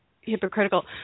hypocritical